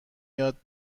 یاد